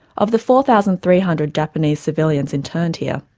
of the four thousand three hundred japanese civilians interned here,